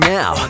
now